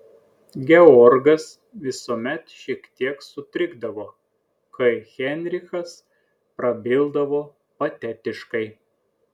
georgas visuomet šiek tiek sutrikdavo kai heinrichas prabildavo patetiškai